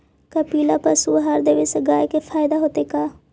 कपिला पशु आहार देवे से गाय के फायदा होतै का?